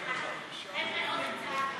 ההצעה לכלול את הנושא